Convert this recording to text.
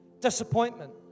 Disappointment